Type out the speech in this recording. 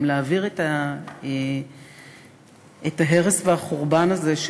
גם להעביר את ההרס והחורבן הזה,